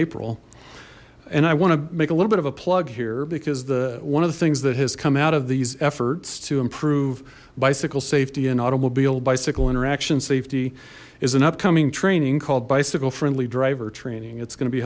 april and i want to make a little bit of a plug here because the one of the things that has come out of these efforts to improve bicycle safety and automobile bicycle interaction safety is an upcoming training called bicycle friendly driver training it's going to be